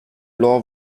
law